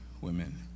women